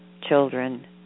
children